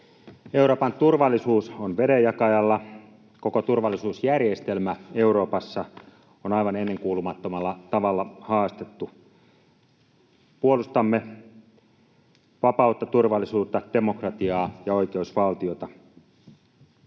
Euroopan turvallisuus on vedenjakajalla. Koko turvallisuusjärjestelmä Euroopassa on aivan ennenkuulumattomalla tavalla haastettu. Puolustamme vapautta, turvallisuutta, demokratiaa ja oikeusvaltiota.